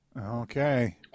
Okay